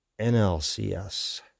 NLCS